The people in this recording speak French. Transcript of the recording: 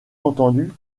entendu